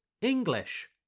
English